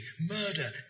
murder